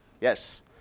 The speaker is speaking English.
Yes